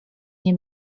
nie